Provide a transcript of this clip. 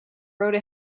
rode